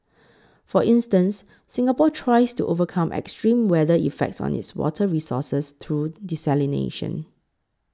for instance Singapore tries to overcome extreme weather effects on its water resources through desalination